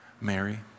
Mary